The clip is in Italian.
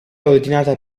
ordinata